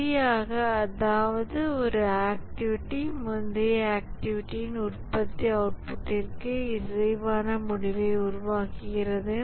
சரியாக அதாவது ஒரு ஆக்டிவிட்டி முந்தைய ஆக்டிவிட்டின் உற்பத்தி அவுட்புட்டிற்கு இசைவான முடிவை உருவாக்குகிறது